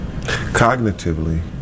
Cognitively